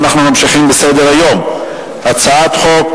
אנחנו ממשיכים בסדר-היום: הצעת חוק